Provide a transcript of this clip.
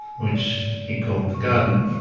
which he called the garden,